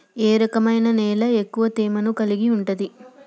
ఏ రకమైన నేల ఎక్కువ తేమను కలిగుంటది?